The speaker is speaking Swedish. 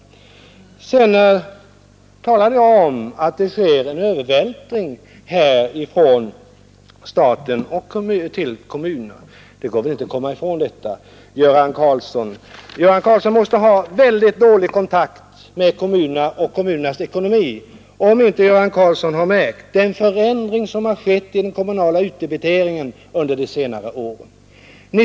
Jag talade om att det sker en övervältring från staten till kommunerna. Det går väl inte att komma ifrån. Göran Karlsson måste ha mycket dålig kontakt med kommunerna och deras ekonomi, om han inte har märkt den förändring som skett i den kommunala utdebiteringen under de senare åren.